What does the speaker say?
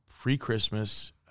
pre-Christmas